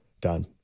done